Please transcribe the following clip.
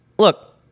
Look